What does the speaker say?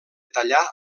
tallar